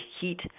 heat